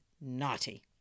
naughty